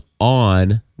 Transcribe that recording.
on